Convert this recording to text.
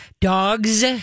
Dogs